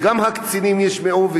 וגם הקצינים ישמעו,